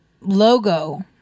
logo